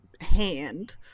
hand